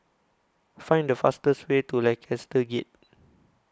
Find The fastest Way to Lancaster Gate